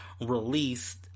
released